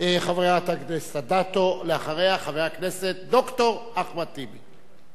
חברת הכנסת אדטו, אחריה, חבר הכנסת ד"ר אחמד טיבי.